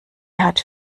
hat